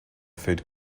food